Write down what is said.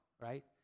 right